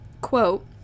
quote